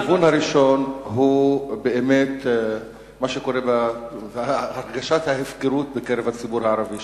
הכיוון הראשון הוא באמת מה שקורה והרגשת ההפקרות בקרב הציבור הערבי,